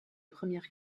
première